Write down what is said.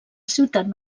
ciutat